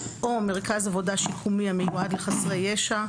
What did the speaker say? או מרכז עבודה שיקומי המיועד לחסרי ישע,